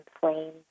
flames